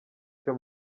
cyo